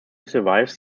survives